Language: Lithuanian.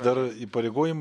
dar įpareigojimai